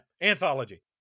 anthology